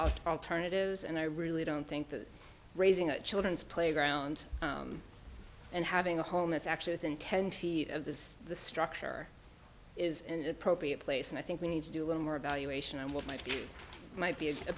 alternatives and i really don't think that raising a children's playground and having a home that's actually within ten feet of the structure is and appropriate place and i think we need to do a little more value ation and what might be might be a